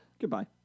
Goodbye